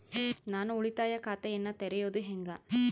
ನಾನು ಉಳಿತಾಯ ಖಾತೆಯನ್ನ ತೆರೆಯೋದು ಹೆಂಗ?